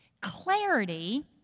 Clarity